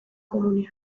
komunean